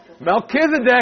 Melchizedek